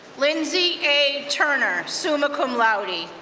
lindsey a. turner, summa cum laude,